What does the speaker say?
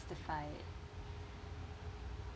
justified